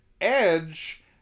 Edge